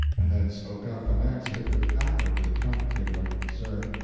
and then spoke up and answered with admirably counterfeited unconcern,